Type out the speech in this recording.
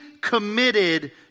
committed